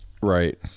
Right